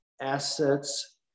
Assets